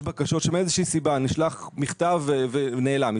בקשות שמאיזה שהיא סיבה נשלח מכתב ונעלם.